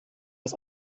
das